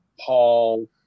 Paul